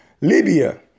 Libya